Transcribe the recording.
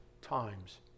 times